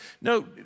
No